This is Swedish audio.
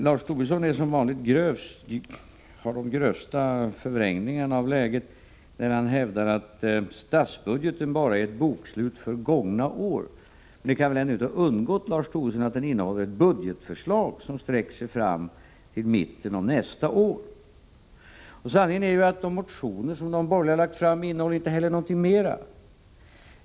Lars Tobisson gör som vanligt de grövsta förvrängningarna av läget, när han hävdar att statsbudgeten bara är ett bokslut för gångna år. Det kan väl ändå inte ha undgått Lars Tobisson att den innehåller ett budgetförslag som sträcker sig fram till mitten av nästa år. Sanningen är ju att de motioner som de borgerliga lagt fram inte heller innehåller någonting mera.